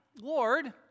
Lord